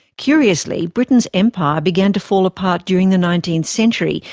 curiously, britain's empire began to fall apart during the nineteenth century,